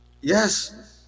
Yes